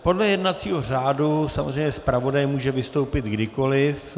Podle jednacího řádu samozřejmě zpravodaj může vystoupit kdykoliv.